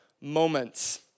moments